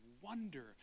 wonder